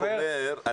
אני רק אומר,